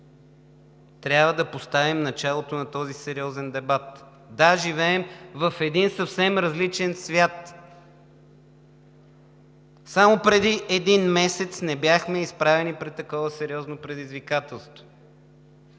трябва да поставим началото на този сериозен дебат. Да, живеем в един съвсем различен свят! Само преди един месец не бяхме изправени пред такова сериозно предизвикателство!